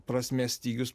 prasmės stygius